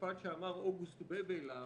משפט שאמר אוגוסט בבל,